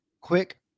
quick